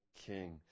king